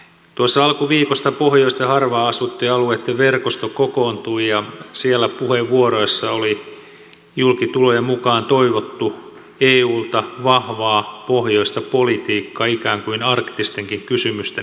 tuossa alkuviikosta pohjoisten ja harvaan asuttujen alueitten verkosto kokoontui ja siellä puheenvuoroissa oli julkitulojen mukaan toivottu eulta vahvaa pohjoista politiikkaa ikään kuin arktistenkin kysymysten kehykseksi